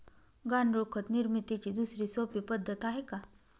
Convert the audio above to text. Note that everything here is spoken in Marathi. गांडूळ खत निर्मितीची दुसरी सोपी पद्धत आहे का?